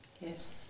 Yes